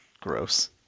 gross